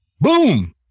Boom